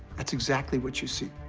that's exactly what you see.